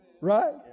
Right